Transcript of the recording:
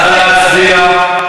נא להצביע.